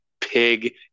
pig